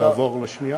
לעבור לשנייה?